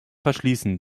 verschließen